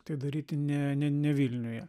tai daryti ne ne ne vilniuje